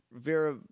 Vera